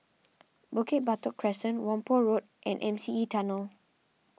Bukit Batok Crescent Whampoa Road and M C E Tunnel